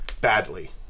badly